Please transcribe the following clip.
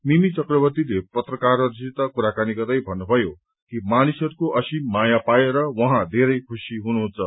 मिमी चक्रवर्तीले पत्रकारहरूसित कुराकानी गर्दै भन्नुभयो कि मानिसहरूको असमी माया पाएर उहाँ धेरै खुशी हुनुहुन्छ